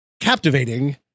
captivating